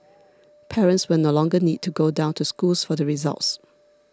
parents will no longer need to go down to schools for the results